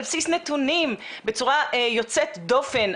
על בסיס נתונים בצורה יוצאת דופן,